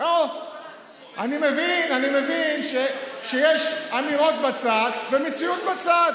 אני מבין שיש אמירות בצד ומציאות בצד.